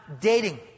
dating